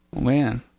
man